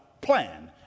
plan